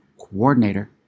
Coordinator